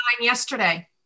yesterday